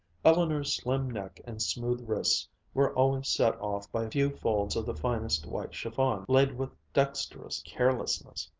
eleanor's slim neck and smooth wrists were always set off by a few folds of the finest white chiffon, laid with dexterous carelessness,